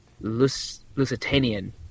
Lusitanian